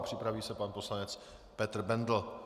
Připraví se pan poslanec Petr Bendl.